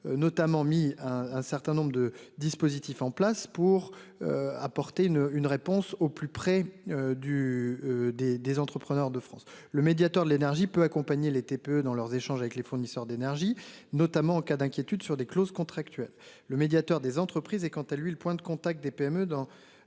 Notamment mis un, un certain nombre de dispositifs en place pour. Apporter une une réponse au plus près du des des entrepreneurs de France, le médiateur de l'énergie peut accompagner les TPE dans leurs échanges avec les fournisseurs d'énergie, notamment en cas d'inquiétude sur des clauses contractuelles. Le médiateur des entreprises est quant à lui le point de contact des PME dans.